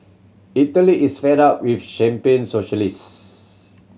Italy is fed up with champagne socialist